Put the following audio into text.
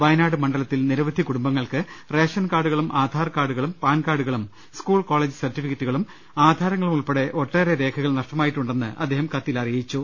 വയ നാട് മണ്ഡലത്തിൽ നിരവധി കുടുംബങ്ങൾക്ക് റേഷൻ കാർഡുകളും ആധാർ കാർഡുകളും പാൻകാർഡുകളും സ്കൂൾ കോളേജ് സർട്ടിഫിക്കറ്റുകളും ആധാ രങ്ങളും ഉൾപ്പെടെ ഒട്ടേറെ രേഖകൾ നഷ്ടമായിട്ടുണ്ടെന്ന് അദ്ദേഹം കത്തിൽ അറി യിച്ചു